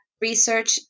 research